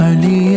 Ali